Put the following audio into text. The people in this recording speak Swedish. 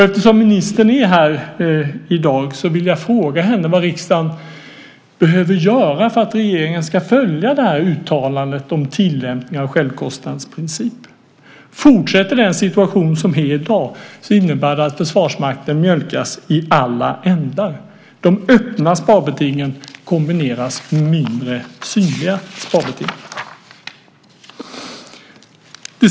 Eftersom ministern är i kammaren i dag vill jag fråga henne vad riksdagen behöver göra för att regeringen ska följa uttalandet om tillämpning av självkostnadsprincipen. Om den situation som i dag är fortsätter innebär det att Försvarsmakten mjölkas i alla ändar. De öppna sparbetingen kombineras med mindre synliga sparbeting.